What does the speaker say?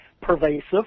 Pervasive